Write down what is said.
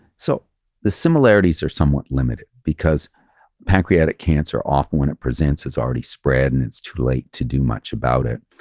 so the similarities are somewhat limited because pancreatic cancer often when it presents is already spread and it's too late to do much about it.